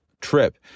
trip